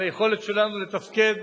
על היכולת שלנו לתפקד